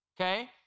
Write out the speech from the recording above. okay